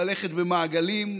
ללכת במעגלים,